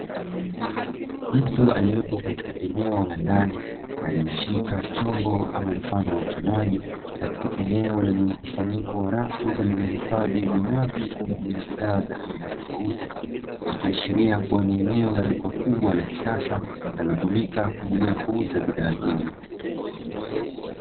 Mtu aliyepo katika eneo la ndani ameshika chombo ama mfano wa kinywaji katika eneo lenye mkusanyiko wa rafu zilizohifadhi vinywaji pamoja na bidhaa za aina tofauti, ikiashiria kuwa ni eneo la duka kubwa la kisasa linalotumika kwa ajili ya kuuza bidhaa hizo.